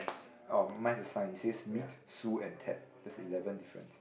oh mine is a sign it says meet Sue and Ted there's eleven difference